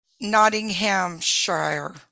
Nottinghamshire